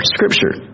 Scripture